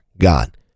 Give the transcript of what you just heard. God